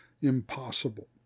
impossible